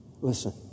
Listen